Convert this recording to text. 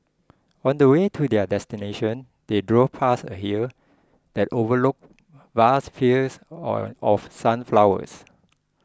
on the way to their destination they drove past a hill that overlooked vast fields or of sunflowers